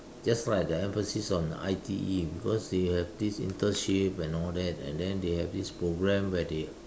just for right the emphasis on the I_T_E because they have these internship and all that and then they have these program where they